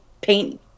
paint